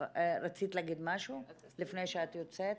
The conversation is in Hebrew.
רצית להגיד משהו לפני שאת יוצאת?